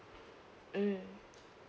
mm